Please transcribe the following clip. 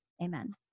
amen